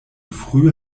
früh